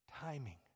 Timing